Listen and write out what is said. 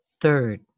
Third